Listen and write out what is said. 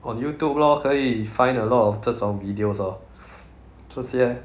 on Youtube lor 可以 find a lot of 这种 videos orh 这些